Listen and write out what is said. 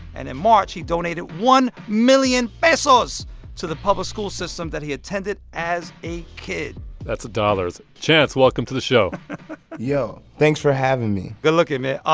and in march, he donated one million pesos to the public school system that he attended as a kid that's dollars chance, welcome to the show yo, thanks for having me good looking, man. um